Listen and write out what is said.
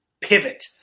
pivot